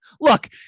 look